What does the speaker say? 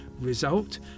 result